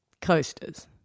Coasters